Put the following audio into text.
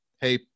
Hey